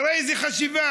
תראה איזו חשיבה.